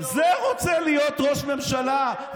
זה רוצה להיות ראש ממשלה.